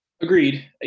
Agreed